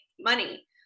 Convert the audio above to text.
money